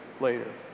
later